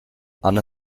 arne